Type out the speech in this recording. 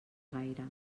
gaire